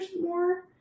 more